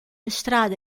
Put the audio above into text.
estrada